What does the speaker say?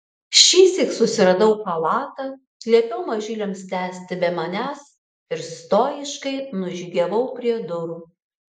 šįsyk susiradau chalatą liepiau mažyliams tęsti be manęs ir stojiškai nužygiavau prie durų